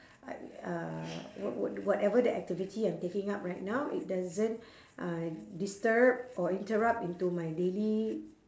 I uh what what whatever the activity I'm taking up right now it doesn't uh disturb or interrupt into my daily